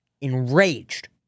enraged